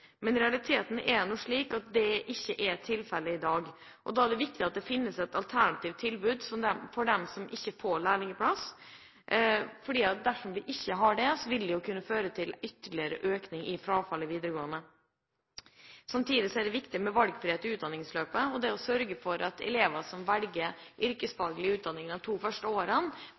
viktig at det finnes alternative tilbud for dem som ikke får lærlingplass. Dersom vi ikke har det, vil det kunne føre til ytterligere økning i frafallet i videregående. Samtidig er det viktig med valgfrihet i utdanningsløpet og å sørge for at elever som velger yrkesfaglig utdanning de første to årene,